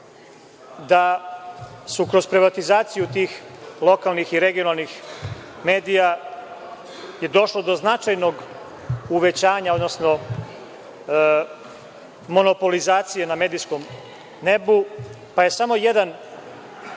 da je kroz privatizaciju tih lokalnih i regionalnih medija došlo do značajnog uvećanja, odnosno monopolizacije na medijskom nebu, pa je samo jedan